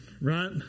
right